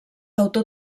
autor